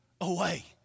away